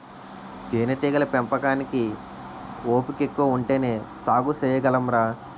తేనేటీగల పెంపకానికి ఓపికెక్కువ ఉంటేనే సాగు సెయ్యగలంరా